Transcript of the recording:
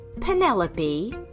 Penelope